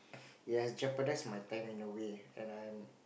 it has jeopardise my time in a way and I'm